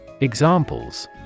Examples